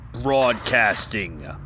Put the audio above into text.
Broadcasting